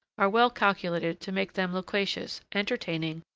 are well calculated to make them loquacious, entertaining,